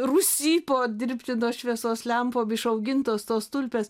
rūsy po dirbtinos šviesos lempom išaugintos tos tulpės